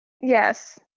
Yes